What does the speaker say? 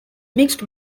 mixed